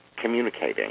communicating